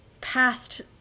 past